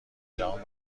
جهان